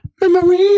memories